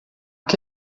que